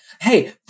Hey